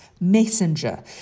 messenger